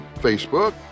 Facebook